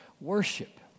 worship